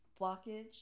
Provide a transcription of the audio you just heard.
blockage